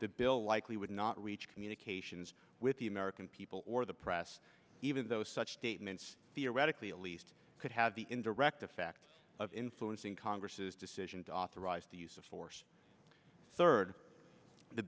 the bill likely would not reach communications with the american people or the press even though such statements theoretically at least could have the indirect effect of influencing congress decision to authorize the use of force third the